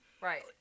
Right